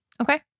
Okay